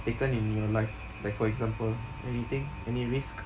taken in your life like for example anything any risks